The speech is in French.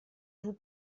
vous